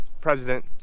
president